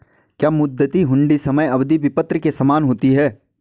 क्या मुद्दती हुंडी समय अवधि विपत्र के समान होती है?